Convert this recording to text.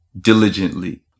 diligently